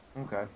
Okay